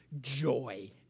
joy